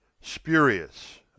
Spurious